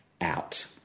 out